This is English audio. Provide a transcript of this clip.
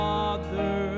Father